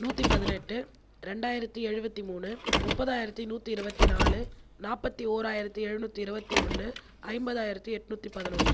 நூற்றி பதினெட்டு இரண்டாயிரத்து எழுபத்து மூணு முப்பதாயிரத்து நூற்றி இருபத்தினாலு நாற்பத்தி ஓராயிரத்து எழுநூற்றி இருபத்து ஒன்று ஐம்பதாயிரத்து எட்நூற்றி பதினொன்று